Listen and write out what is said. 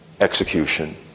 execution